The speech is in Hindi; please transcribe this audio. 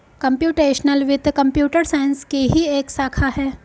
कंप्युटेशनल वित्त कंप्यूटर साइंस की ही एक शाखा है